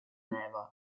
never